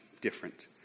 different